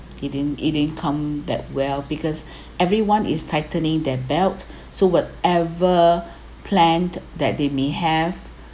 it didn't it didn't come that well because everyone is tightening their belts so whatever planned that they may have